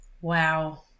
Wow